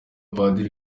padiri